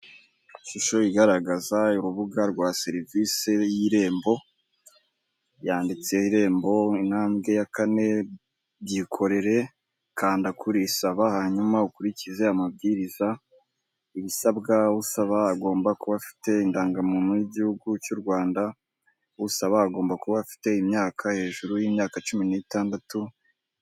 Ishusho igaragaza urubuga rwa serivisi y'irembo, yanditse irembo intambwe ya kane byikorere kanda kuri saba hanyuma ukurikize amabwiriza ibisabwa usaba agomba kuba afite indangamuntu y'igihugu cyu Rwanda usaba agomba kuba afite imyaka iri hejuru y'imyaka cumi n'itandatu.